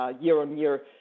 year-on-year